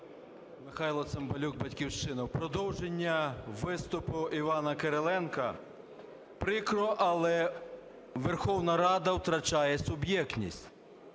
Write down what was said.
Михайло Цимбалюк, "Батьківщина". У продовження виступу Івана Кириленка, прикро, але Верховна Рада втрачає суб'єктність.